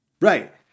Right